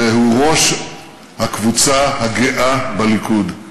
והוא ראש הקבוצה הגאה בליכוד.